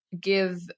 give